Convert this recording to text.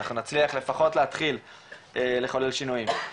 אנחנו נצליח לפחות להתחיל לחולל שינויים.